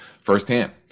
firsthand